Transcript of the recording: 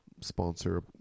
sponsor